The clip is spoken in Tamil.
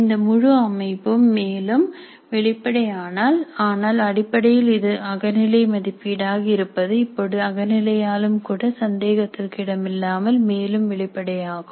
இந்த முழு அமைப்பும் மேலும் வெளிப்படை ஆனால் அடிப்படையில் இது அகநிலை மதிப்பீடாக இருப்பது இப்பொழுது அகநிலையாலும் கூட சந்தேகத்திற்கு இடமில்லாமல் மேலும் வெளிப்படையாகும்